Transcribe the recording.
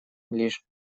лишь